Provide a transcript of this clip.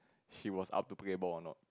she was up to play a ball or not